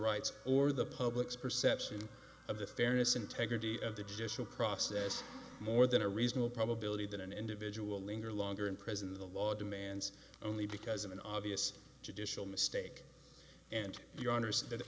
rights or the public's perception of the fairness integrity of the judicial process more than a reasonable probability that an individual linger longer in prison the law demands only because of an obvious judicial mistake and the honors that if